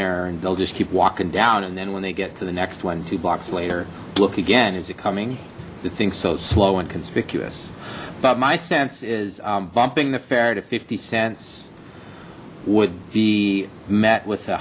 there and they'll just keep walking down and then when they get to the next one two blocks later look again is it coming to things so slow and conspicuous but my sense is bumping the fare to fifty cent's would be with a